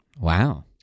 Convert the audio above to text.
Wow